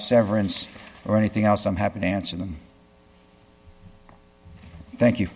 severance or anything else i'm have an answer them thank you